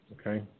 okay